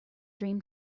dream